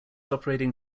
operating